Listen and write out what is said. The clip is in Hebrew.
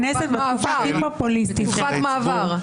בתקופת מעבר.